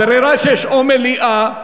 הברירה שיש: או מליאה.